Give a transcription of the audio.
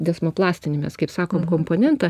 desmoplastinį mes kaip sakom komponentą